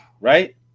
right